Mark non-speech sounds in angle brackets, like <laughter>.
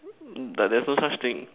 <noise> but there's not such thing